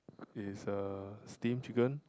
it is a steam chicken